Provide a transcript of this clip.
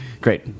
Great